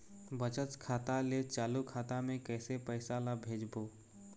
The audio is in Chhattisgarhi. बचत खाता ले चालू खाता मे कैसे पैसा ला भेजबो?